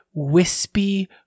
wispy